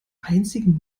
einzigen